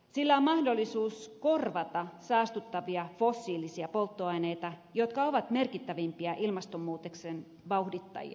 sillä on mahdollisuus korvata saastuttavia fossiilisia polttoaineita jotka ovat merkittävimpiä ilmastonmuutoksen vauhdittajia